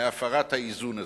להפרת האיזון הזה.